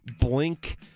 blink